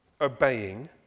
obeying